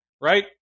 right